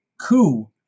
coup